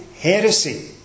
heresy